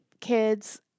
kids